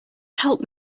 help